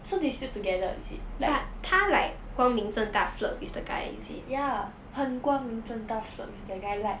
so they still together is it like ya 很光明正大 flirt with that guy like